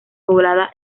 poblada